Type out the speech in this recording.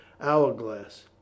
Hourglass